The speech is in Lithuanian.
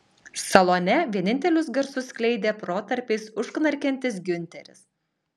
salone vienintelius garsus skleidė protarpiais užknarkiantis giunteris